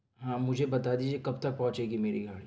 ہاں مجھے بتا دیجئے کب تک پہنچے گی میری گاڑی